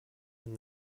and